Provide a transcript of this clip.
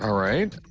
um right.